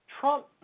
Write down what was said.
Trump